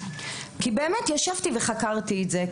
כי באמת ישבתי וחקרתי את זה,